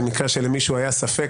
למקרה שלמישהו היה ספק,